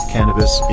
Cannabis